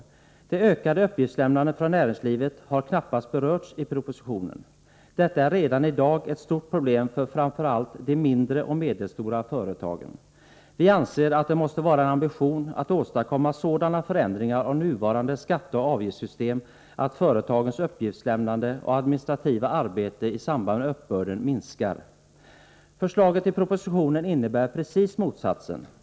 Det ökade uppgiftslämnandet från näringslivet har knappast berörts i propositionen. Detta är redan i dag ett stort problem för framför allt de mindre och medelstora företagen. Vi anser att det måste vara en ambition att åstadkomma sådana förändringar av nuvarande skatteoch avgiftssystem att företagens uppgiftslämnande och administrativa arbete i samband med uppbörden minskar. Förslaget i propositionen innebär precis motsatsen.